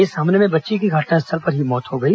इस हमले में बच्ची की घटनास्थल पर ही मौत हो गई